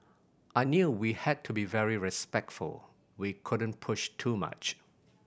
I knew we had to be very respectful we couldn't push too much